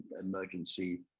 emergency